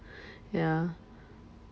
ya